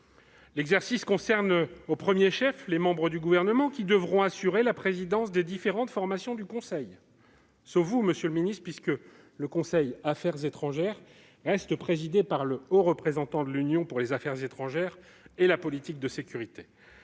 d'abord. Il l'est au premier chef pour les membres du Gouvernement, qui devront assurer la présidence des différentes formations du Conseil- sauf vous, monsieur le ministre, puisque le conseil Affaires étrangères reste présidé par le haut représentant de l'Union pour les affaires étrangères et la politique de sécurité.